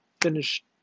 finish